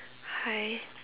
hi